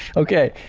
okay,